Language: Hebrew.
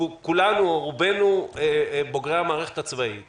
שיהיה גם מלווה מטעמכם שם להיות בתוך הסגר הזה,